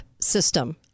system